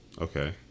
Okay